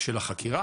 של החקירה.